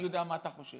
אני יודע מה אתה חושב,